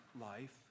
life